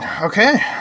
Okay